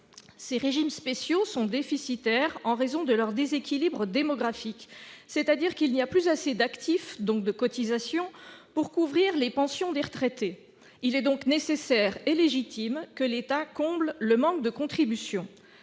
Ces régimes spéciaux sont déficitaires en raison de leur déséquilibre démographique : il n'y a plus assez d'actifs, donc de cotisations, pour couvrir les pensions des retraités. Il est par conséquent nécessaire et légitime que l'État comble le manque de contributions.